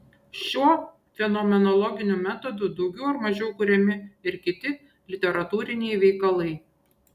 šiuo fenomenologiniu metodu daugiau ar mažiau kuriami ir kiti literatūriniai veikalai